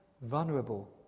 vulnerable